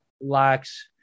lacks